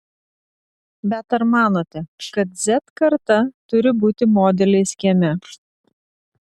bet ar manote kad z karta turi būti modeliais kieme